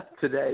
today